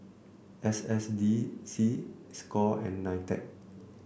S S D C Score and Nitec